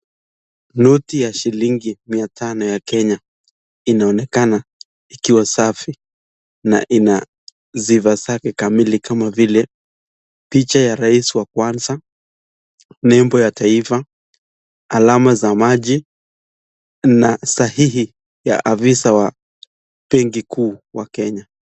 Noti ya shilingi Mia tano ya Kenya inaonekana ikiwa safi, na ina siva zake kamili kama vile picha ya rais wa kwanza, nembo ya taifa, alama za maji, na sahihi ya afisa wa bengi kuu wa Kenya.